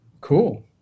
cool